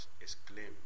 exclaimed